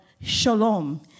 shalom